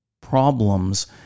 problems